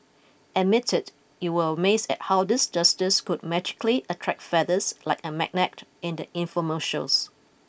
admit it you were amazed at how these dusters could magically attract feathers like a magnet in the infomercials